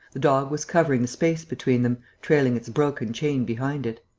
the dog was covering the space between them, trailing its broken chain behind it.